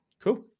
Cool